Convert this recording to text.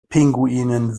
pinguinen